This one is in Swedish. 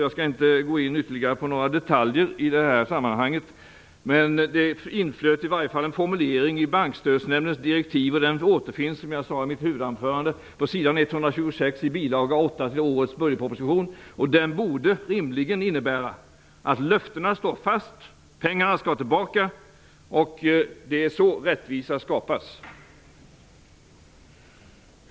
Jag skall inte gå in ytterligare på några detaljer i det här sammanhanget, men det inflöt i varje fall en formulering i Bankstödsnämndens direktiv och den återfinns, som jag sade i mitt huvudanförande, på s. 126 i bil. 8 till årets budgetproposition. Den borde rimligen innebära att löftena står fast. Pengarna skall tillbaka. Det är så rättvisa skapas.